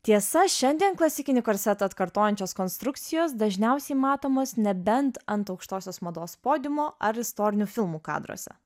tiesa šiandien klasikinį korsetą atkartojančios konstrukcijos dažniausiai matomos nebent ant aukštosios mados podiumo ar istorinių filmų kadruose